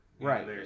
Right